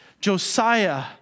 Josiah